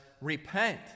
repent